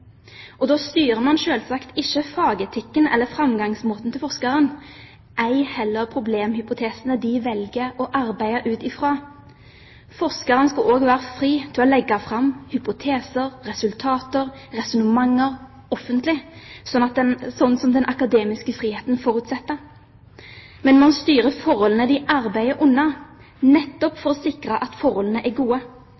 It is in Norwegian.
Da styrer man selvsagt ikke fagetikken eller forskerens framgangsmåte – ei heller problemhypotesene de velger å arbeide ut fra. Forskeren skal òg være fri til å legge fram hypoteser, resultater og resonnementer offentlig, sånn som den akademiske friheten forutsetter. Man styrer forholdene de arbeider under, nettopp